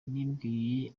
nabwiye